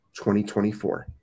2024